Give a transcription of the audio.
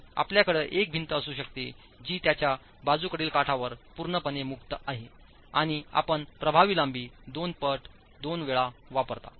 आणि आपल्याकडे एक भिंत असू शकते जी त्याच्या बाजूकडील काठावर पूर्णपणे मुक्त आहे आणि आपण प्रभावी लांबी दोन पट दोन वेळा वापरता